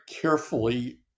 carefully